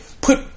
put